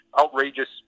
outrageous